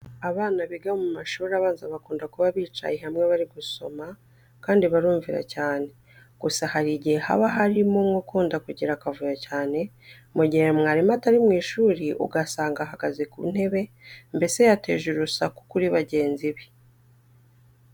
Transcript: Abana biga mu mashuri abanza bakunda kuba bicaye hamwe bari gusoma kandi barumvira cyane. Gusa hari igihe haba harimo umwe ukunda kugira akavuyo cyane, mu gihe mwarimu atari mu ishuri ugasanga ahagaze ku ntebe, mbese yateje urusaku kuri bagenzi be.